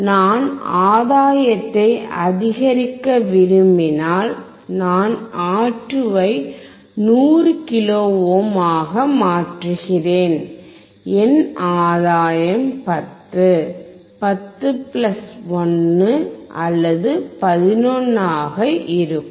நான் ஆதாயத்தை அதிகரிக்க விரும்பினால் நான் R2 ஐ 100 கிலோ ஓம் ஆக மாற்றுகிறேன் என் ஆதாயம் 10 10 பிளஸ் 1 அல்லது 11 ஆக இருக்கும்